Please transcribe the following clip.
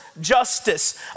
justice